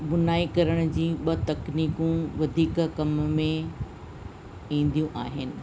बुनाई करण जी ॿ तकनीकूं वधीक कम में ईंदियूं आहिनि